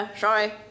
Sorry